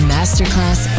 Masterclass